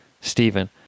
Stephen